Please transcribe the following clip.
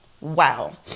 wow